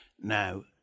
Now